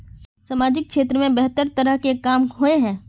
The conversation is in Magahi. सामाजिक क्षेत्र में बेहतर तरह के काम होय है?